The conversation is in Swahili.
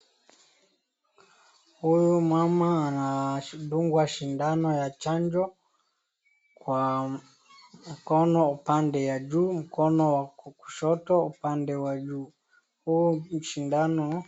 Huyu mama anadungwa sindano ya chanjo kwa mkono upande ya juu, mkono wa kushoto upande wa juu huu sindano.